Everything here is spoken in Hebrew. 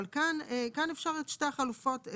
פה אפשר שתי החלופות.